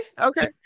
Okay